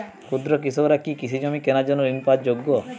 ক্ষুদ্র কৃষকরা কি কৃষিজমি কেনার জন্য ঋণ পাওয়ার যোগ্য?